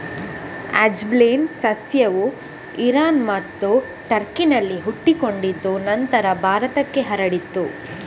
ಅಜ್ವೈನ್ ಸಸ್ಯವು ಇರಾನ್ ಮತ್ತು ಟರ್ಕಿನಲ್ಲಿ ಹುಟ್ಟಿಕೊಂಡಿದೆ ನಂತರ ಭಾರತಕ್ಕೆ ಹರಡಿತು